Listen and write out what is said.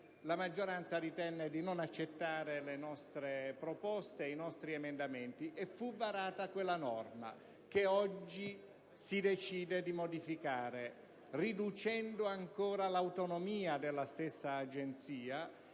La maggioranza ritenne di non accettare le nostre proposte, i nostri emendamenti, e fu varata quella norma che oggi si decide di modificare riducendo ancora l'autonomia della stessa Agenzia.